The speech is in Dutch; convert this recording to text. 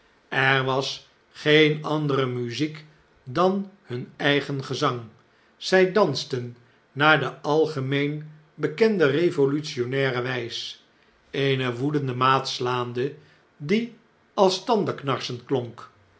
er was geen andere muziek dan hun eigen gezang zjj dansten naar de algemeen bekende revolutionaire wijs eene woedende maat slaande die als